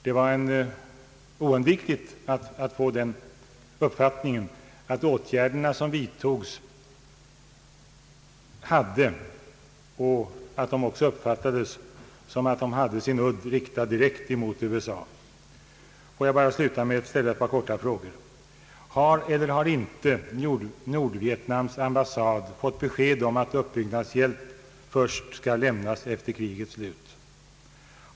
Det var oundvikligt att få den uppfattningen att de åtgärder som vidtogs hade sin udd riktad direkt mot USA. Jag vill sluta med att ställa ett par korta frågor: Har eller har inte Nordvietnams ambassad fått besked om att uppbyggnadshjälp skall lämnas först efter krigets slut?